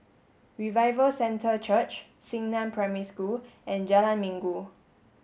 Revival Centre Church Xingnan Primary School and Jalan Minggu